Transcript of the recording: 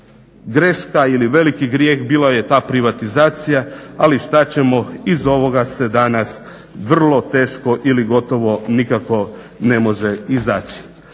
Greška ili veliki grijeh bila je ta privatizacija, ali što ćemo iz ovoga se danas vrlo teško ili gotovo nikako ne može izaći.